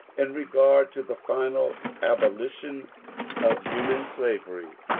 in regard to the final abolition of human slavery,